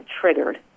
triggered